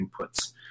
inputs